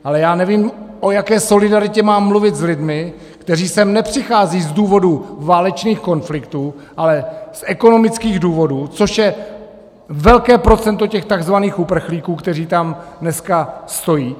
Ale já nevím, o jaké solidaritě mám mluvit s lidmi, kteří sem nepřicházejí z důvodu válečných konfliktů, ale z ekonomických důvodů, což je velké procento těch takzvaných uprchlíků, kteří tam dneska stojí.